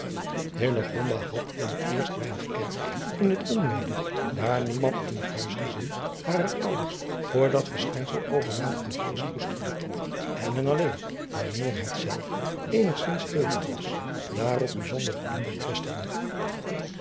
had in het eerst weinig erg in het onweder daar niemand in het huisgezin harrer ouders voor dat verschijnsel overmatige vrees koesterde en men alleen wanneer hetzelve eenigzins hevig was daarop bijzonder de aandacht vestigde